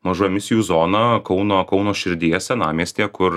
mažų emisijų zoną kauno kauno širdyje senamiestyje kur